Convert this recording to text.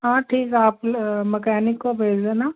हाँ ठीक आप मैकेनिक को भेज देना